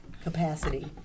capacity